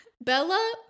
Bella